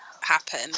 happen